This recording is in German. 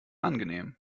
angenehm